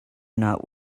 not